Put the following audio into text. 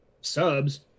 subs